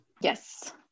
Yes